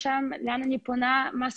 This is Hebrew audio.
אזרחי שזה יותר קל ועם פחות בירוקרטיה ויותר מהר.